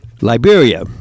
liberia